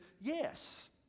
yes